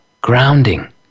grounding